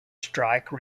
strike